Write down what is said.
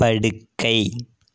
படுக்கை